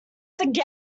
zoned